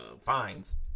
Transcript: fines